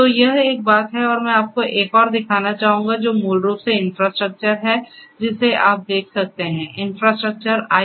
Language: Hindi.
तो यह एक बात है और मैं आपको एक और दिखाना चाहूंगा जो मूल रूप से इन्फ्राट्रक्चर है जिसे आप देख सकते हैं इंफ्रास्ट्रक्चर IaaS